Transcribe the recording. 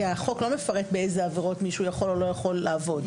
כי החוק לא מפרט באיזה עבירות מישהו יכול או לא יכול לעבוד,